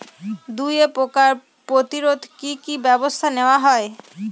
দুয়ে পোকার প্রতিরোধে কি কি ব্যাবস্থা নেওয়া হয়?